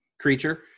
creature